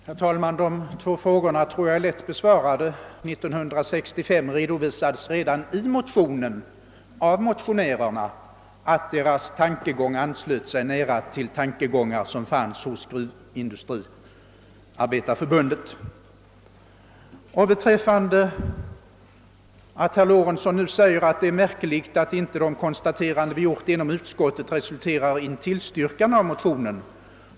Herr talman! De frågor som herr Lorentzon nu ställde tror jag är lätt besvarade. 1965 redovisades redan i motionen av motionärerna att deras tankegång anslöt sig nära till tankegångar som fanns hos Gruvindustriarbetareförbundet. Herr Lorentzon ansåg det märkligt att inte de konstateranden som vi gjort inom utskottet utmynnat i ett tillstyrkande av motionen.